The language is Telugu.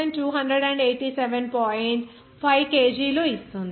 5 kg లు వస్తుంది